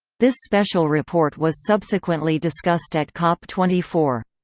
this special report was subsequently discussed at cop twenty four.